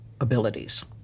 abilities